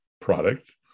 product